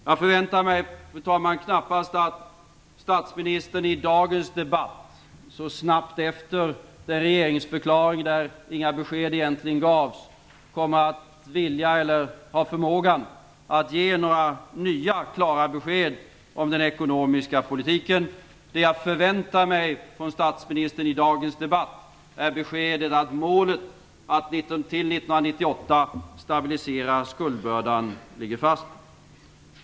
Jag förväntar mig, fru talman, knappast att statsministern i dagens debatt, så snabbt efter den regeringsförklaring där inga besked egentligen gavs, kommer att vilja eller ha förmågan att ge några nya klara besked om den ekonomiska politiken. Det jag förväntar mig från statsministern i dagens debatt är beskedet att målet att till 1998 stabilisera skuldbördan ligger fast.